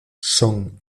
son